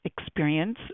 experience